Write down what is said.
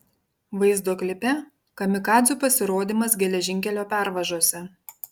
vaizdo klipe kamikadzių pasirodymas geležinkelio pervažose